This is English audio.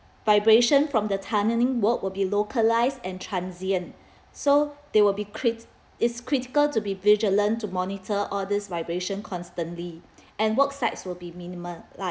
vibration from the tunnelling work will be localised and transient so they will be crit~ is critical to be vigilant to monitor all these vibration constantly and worksites will be minimalised